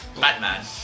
Batman